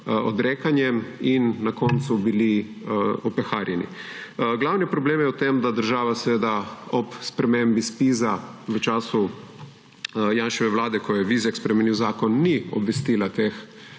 odrekanjem in na koncu bili opeharjeni. Glavni problem je v tem, da država ob spremembi ZPIZ v času Janševe vlade, ko je Vizjak spremenil zakon, ni obvestila teh